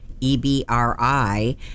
EBRI